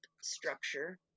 structure